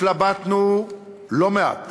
התלבטנו לא מעט